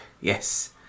yes